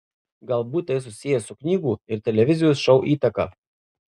galbūt tai susiję su knygų ir televizijos šou įtaka